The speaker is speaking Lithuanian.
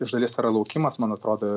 iš dalies yra laukimas man atrodo